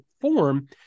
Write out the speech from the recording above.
form